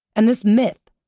and this myth,